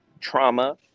trauma